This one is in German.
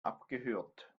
abgehört